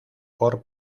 por